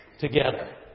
together